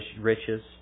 riches